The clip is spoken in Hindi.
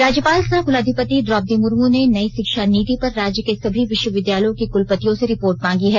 राज्यपाल सह कुलाधिपति द्रोपदी मुर्मू ने नई शिक्षा नीति पर राज्य के सभी विश्वविद्यालयों के कलपतियों से रिपोर्ट मांगी है